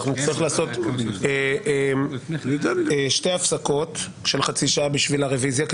נצטרך לעשות שתי הפסקות של חצי שעה בשביל הרביזיה,